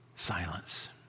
silence